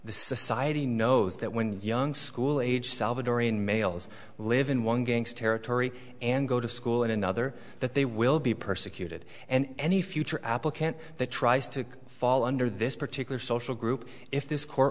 the society knows that when young school age salvadorian males live in one gangs territory and go to school in another that they will be persecuted and any future applicant that tries to fall under this particular social group if this court